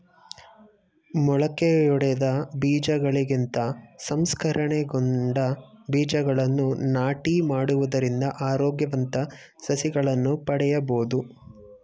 ಮೊಳಕೆಯೊಡೆದ ಬೀಜಗಳಿಗಿಂತ ಸಂಸ್ಕರಣೆಗೊಂಡ ಬೀಜಗಳನ್ನು ನಾಟಿ ಮಾಡುವುದರಿಂದ ಆರೋಗ್ಯವಂತ ಸಸಿಗಳನ್ನು ಪಡೆಯಬೋದು